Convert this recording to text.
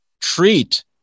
treat